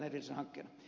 mutta ed